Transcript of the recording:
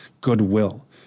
goodwill